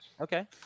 Okay